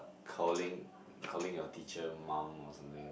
calling calling your teacher mom or something